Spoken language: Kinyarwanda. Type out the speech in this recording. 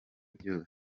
byose